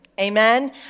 Amen